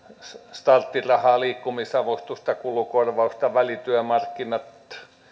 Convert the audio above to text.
starttirahaa liikkumisavustusta kulukorvausta välityömarkkinat